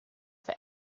have